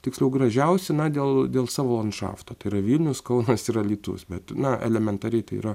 tiksliau gražiausi na dėl dėl savo landšafto tai yra vilnius kaunas ir alytus bet na elementariai tai yra